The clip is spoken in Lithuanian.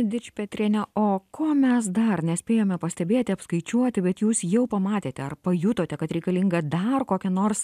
dičpetriene o ko mes dar nespėjome pastebėti apskaičiuoti bet jūs jau pamatėte ar pajutote kad reikalinga dar kokia nors